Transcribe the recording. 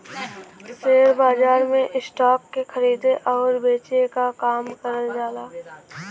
share बाजार में stock के खरीदे आउर बेचे क काम करल जाला